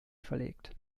verlegt